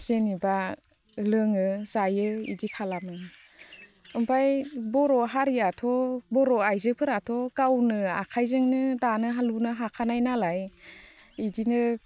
जेनेबा लोङो जायो बिदि खालामो ओमफ्राय बर' हारियावथ' बर' आइजोफोराथ' गावनो आखाइजोंनो दानो लुनो हाखानाय नालाय बिदिनो